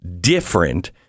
different